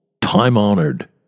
time-honored